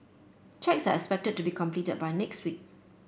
checks are expected to be completed by next week